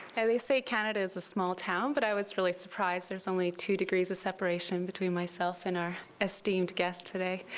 and they say canada is a small town, but i was really surprised there's only two degrees of separation between myself and our esteemed guest today.